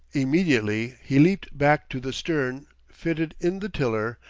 immediately he leaped back to the stern, fitted in the tiller,